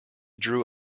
drew